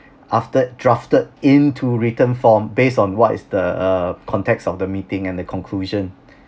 after drafted into written form based on what is the context of the meeting and the conclusion